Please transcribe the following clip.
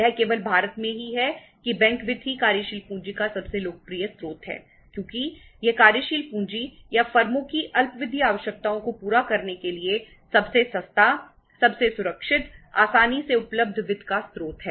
यह केवल भारत में ही है कि बैंक वित्त ही कार्यशील पूंजी का सबसे लोकप्रिय स्रोत है क्योंकि यह कार्यशील पूंजी या फर्मों की अल्पावधि आवश्यकताओं को पूरा करने के लिए सबसे सस्ता सबसे सुरक्षित आसानी से उपलब्ध वित्त का स्रोत है